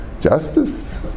Justice